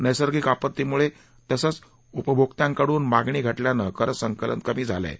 नैसर्गिक आपत्तीमुळे तसंच उपभोक्त्यांकडून मागणी घटल्यानं कर संकलन कमी झालंय